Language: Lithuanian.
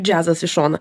džiazas į šoną